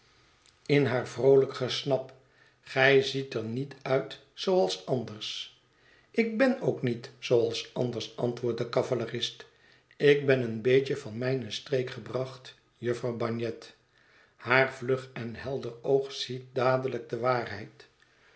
in haar vroohjk gesnap gij ziet er niet uit zooals anders ik ben ook niet zooals anders antwoordt de cavalerist ik ben een beetje van mijne streek gebracht jufvrouw bagnet haar vlug en helder oog ziet dadelijk de waarheid